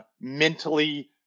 mentally